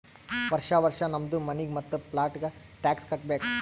ವರ್ಷಾ ವರ್ಷಾ ನಮ್ದು ಮನಿಗ್ ಮತ್ತ ಪ್ಲಾಟ್ಗ ಟ್ಯಾಕ್ಸ್ ಕಟ್ಟಬೇಕ್